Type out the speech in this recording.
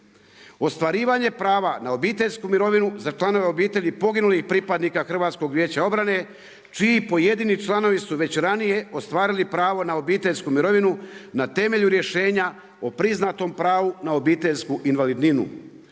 Ostvarivanje prava na obiteljsku mirovinu za članove obitelj i poginulih pripadnika HVO-a čiji pojedini članovi su već ranije ostvarili pravo na obiteljsku mirovinu na temelju rješenja o priznatom pravu na obiteljsku invalidninu.